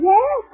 Yes